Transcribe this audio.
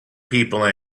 people